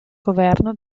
governo